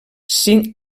cinc